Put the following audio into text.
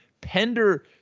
Pender